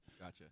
Gotcha